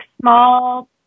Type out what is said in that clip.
small